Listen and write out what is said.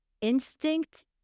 Instinct